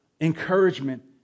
encouragement